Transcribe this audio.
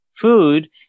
food